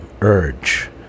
urge